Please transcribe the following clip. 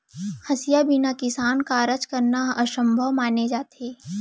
हँसिया बिना किसानी कारज करना ह असभ्यो माने जाथे